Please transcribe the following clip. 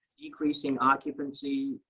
decreasing occupancy,